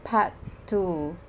part two positive